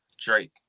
Drake